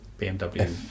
bmw